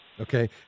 Okay